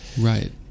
Right